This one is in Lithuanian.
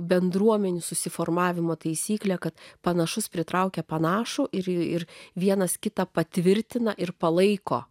bendruomenių susiformavimo taisyklė kad panašus pritraukia panašų ir vienas kitą patvirtina ir palaiko